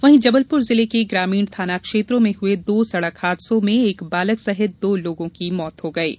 वहीं जबलपुर जिले के ग्रामीण थाना क्षेत्रों में हये दो सड़क हादसों में एक बालक सहित दो लोगों की मौत हो गई है